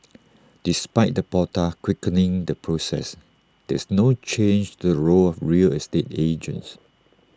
despite the portal quickening the process there's no change to the role of real estate agents